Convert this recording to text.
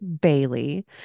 Bailey